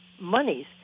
monies